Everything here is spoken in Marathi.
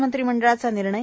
मंत्रिमंडळाचा निर्णय